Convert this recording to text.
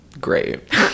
Great